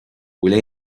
bhfuil